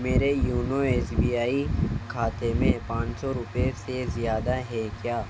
میرے YONO S B I کھاتے میں پان سو روپئے سے زیادہ ہے کیا